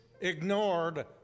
ignored